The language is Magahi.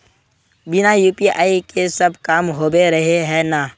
बिना यु.पी.आई के सब काम होबे रहे है ना?